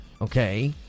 okay